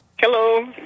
Hello